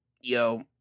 yo